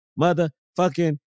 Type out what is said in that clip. motherfucking